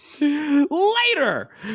Later